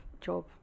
job